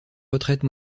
retraite